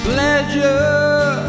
Pleasure